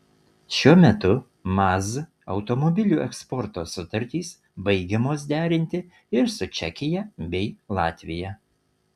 šiuo metu maz automobilių eksporto sutartys baigiamos derinti ir su čekija bei latvija